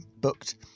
booked